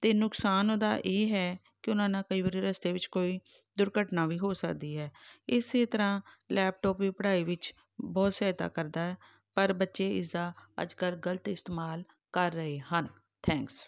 ਅਤੇ ਨੁਕਸਾਨ ਉਹਦਾ ਇਹ ਹੈ ਕਿ ਉਹਨਾਂ ਨਾਲ ਕਈ ਵਾਰੀ ਰਸਤੇ ਵਿੱਚ ਕੋਈ ਦੁਰਘਟਨਾ ਵੀ ਹੋ ਸਕਦੀ ਹੈ ਇਸੇ ਤਰ੍ਹਾਂ ਲੈਪਟੋਪ ਵੀ ਪੜ੍ਹਾਈ ਵਿੱਚ ਬਹੁਤ ਸਹਾਇਤਾ ਕਰਦਾ ਪਰ ਬੱਚੇ ਇਸਦਾ ਅੱਜ ਕੱਲ੍ਹ ਗਲਤ ਇਸਤੇਮਾਲ ਕਰ ਰਹੇ ਹਨ ਥੈਂਕਸ